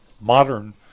modern